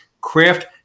Craft